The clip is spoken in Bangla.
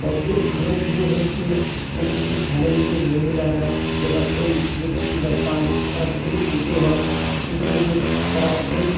তাই এর ভালো সুযোগ হচ্ছে প্রতিটি ফ্যামিলিতে মহিলারা যখন এই সুযোগ সুবিধাটা পান তারা খুবই খুশি হন খুশি হয়ে তারা এই